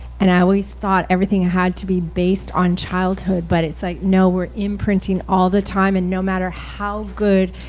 and i always thought everything had to be based on childhood. but it's like no, we're imprinting all the time and no matter how good,